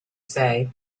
say